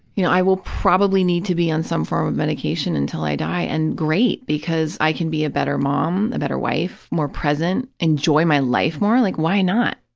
you know, i will probably need to be on some form of medication until i die, and great, because i can be a better mom, a better wife, more present, enjoy my life more. like, why not?